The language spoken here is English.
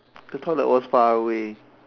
the toilet was far away